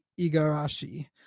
Igarashi